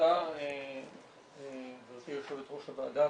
תודה גבירתי יו"ר הוועדה,